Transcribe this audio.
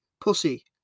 pussy